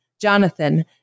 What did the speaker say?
Jonathan